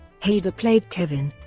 hader played kevin,